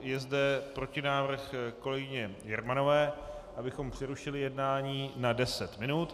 Je zde protinávrh kolegyně Jermanové, abychom přerušili jednání na 10 minut.